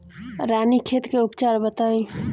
रानीखेत के उपचार बताई?